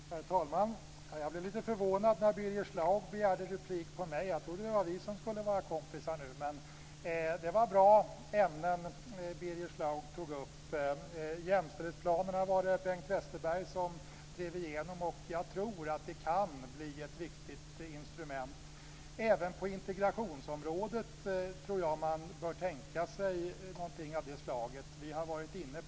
Herr talman! Jag blev lite förvånad när Birger Schlaug begärde replik på mitt inlägg. Jag trodde att det var vi som skulle vara kompisar nu. Men det var bra ämnen som Birger Schlaug tog upp. Jämställdhetsplanerna drevs igenom av Bengt Westerberg, och jag tror att de kan bli ett viktigt instrument. Jag tror att man även på integrationsområdet bör tänka sig någonting av det slaget. Vi har varit inne på det.